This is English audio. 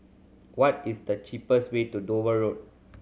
what is the cheapest way to Dover Road